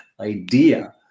idea